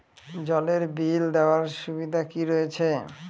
জলের বিল দেওয়ার সুবিধা কি রয়েছে?